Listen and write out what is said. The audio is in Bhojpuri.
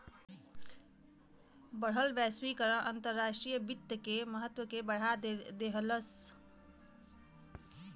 बढ़ल वैश्वीकरण अंतर्राष्ट्रीय वित्त के महत्व के बढ़ा देहलेस